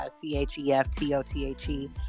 C-H-E-F-T-O-T-H-E